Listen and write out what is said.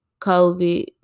COVID